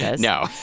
No